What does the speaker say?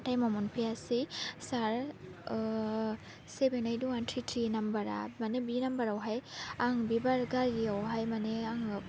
टाइमआव मोनफैयासै सार seven eight one three three नाम्बारआ माने बि नाम्बारावहाय आं बे गारियावहाय माने आङो